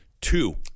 two